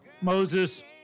Moses